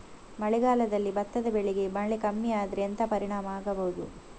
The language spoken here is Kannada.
ಮಳೆಗಾಲದಲ್ಲಿ ಭತ್ತದ ಬೆಳೆಗೆ ಮಳೆ ಕಮ್ಮಿ ಆದ್ರೆ ಎಂತ ಪರಿಣಾಮ ಆಗಬಹುದು?